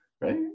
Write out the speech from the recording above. right